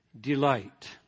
delight